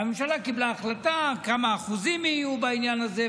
הממשלה קיבלה החלטה כמה אחוזים יהיו בעניין הזה,